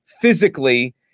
physically